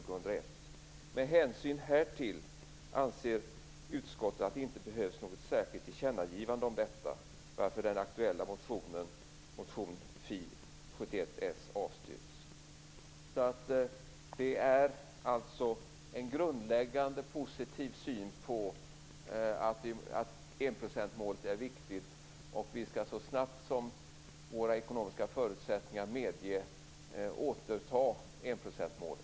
Med hänsyn härtill anser utskottet att det inte behövs något särskilt tillkännagivande om detta, varför den aktuella motionen motion Fi71 avstyrks." Det finns alltså en grundläggande positiv syn på att enprocentsmålet är viktigt. Vi skall så snabbt som våra ekonomiska förutsättningar medger återta enprocentsmålet.